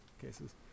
cases